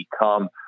become